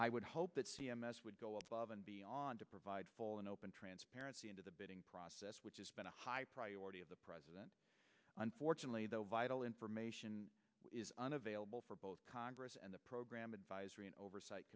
i would hope that c m s would go above and beyond to provide full and open transparency into the bidding process which is a high priority of the president unfortunately though vital information is unavailable for both congress and the program advisory and oversight